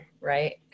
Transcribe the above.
right